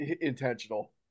intentional